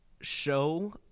show